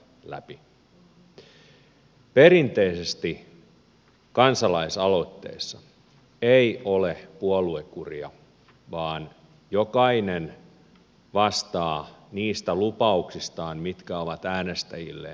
perinteisesti kansalaisaloitteessa ei ole puoluekuria vaan jokainen vastaa niistä lupauksistaan mitkä on äänestäjilleen antanut